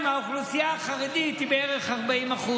האוכלוסייה החרדית בירושלים היא בערך 39%,